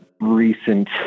recent